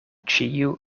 ĉiu